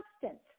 substance